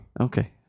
Okay